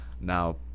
Now